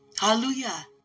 Hallelujah